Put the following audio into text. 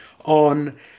on